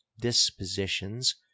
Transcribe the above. dispositions